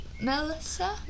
Melissa